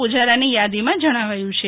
પૂજારાની થાદીમાં જણાવ્યું છે